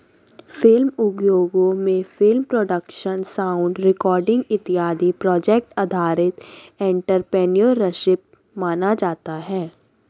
film उद्योगों में film production sound recording इत्यादि प्रोजेक्ट आधारित एंटरप्रेन्योरशिप माना जाता है